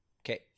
Okay